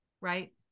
right